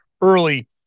early